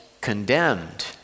condemned